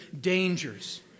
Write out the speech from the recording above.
dangers